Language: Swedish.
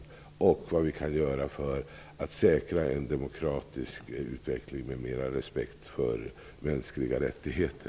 Vi måste också tala om vad vi kan göra för att säkra en demokratisk utveckling med mera respekt för mänskliga rättigheter.